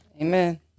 Amen